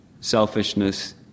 selfishness